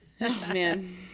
man